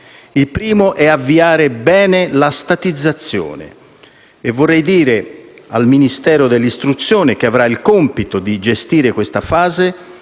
Il primo è avviare bene la statizzazione. Vorrei dire al Ministero dell'istruzione, che avrà il compito di gestire questa fase,